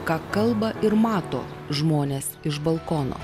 ką kalba ir mato žmonės iš balkono